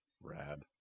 Rad